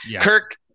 Kirk –